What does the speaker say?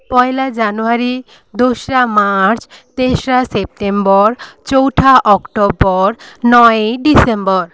পয়লা January দোসরা March তেসরা September চৌঠা অক্টোবর নয়ই ডিসেম্বর